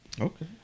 Okay